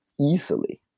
easily